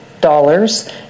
dollars